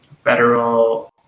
federal